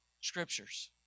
Scriptures